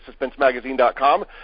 suspensemagazine.com